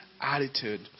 attitude